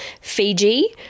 Fiji